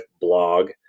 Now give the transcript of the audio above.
blog